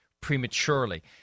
prematurely